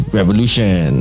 Revolution